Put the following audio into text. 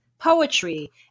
poetry